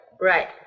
Right